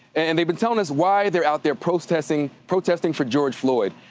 and they've been tellin' us why they're out there protesting protesting for george floyd.